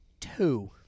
two